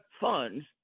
funds